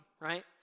right